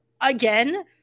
Again